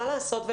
מה לעשות.